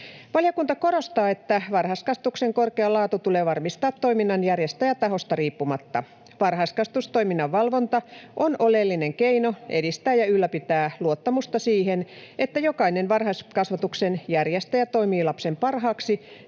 Valiokunta korostaa, että varhaiskasvatuksen korkea laatu tulee varmistaa toiminnan järjestäjätahosta riippumatta. Varhaiskasvatustoiminnan valvonta on oleellinen keino edistää ja ylläpitää luottamusta siihen, että jokainen varhaiskasvatuksen järjestäjä toimii lapsen parhaaksi